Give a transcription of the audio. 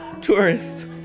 tourists